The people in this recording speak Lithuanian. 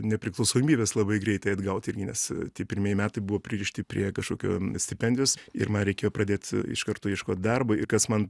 nepriklausomybės labai greitai atgauti irgi nes tie pirmieji metai buvo pririšti prie kažkokio stipendijos ir man reikėjo pradėt iš karto ieškot darbo ir kas man